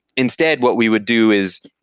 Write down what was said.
instead, what we would do is